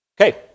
Okay